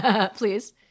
Please